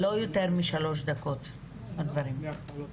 למנוע לחלוטין את הזכאות לדמי אבטלה.